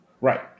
Right